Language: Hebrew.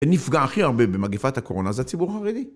הנפגע הכי הרבה במגיפת הקורונה זה הציבור החרדי.